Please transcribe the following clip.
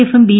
എഫും ബി